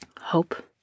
hope